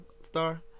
star